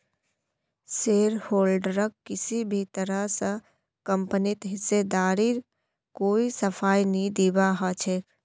शेयरहोल्डरक किसी भी तरह स कम्पनीत हिस्सेदारीर कोई सफाई नी दीबा ह छेक